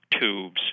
tubes